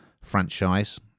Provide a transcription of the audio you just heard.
franchise